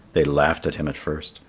they laughed at him at first,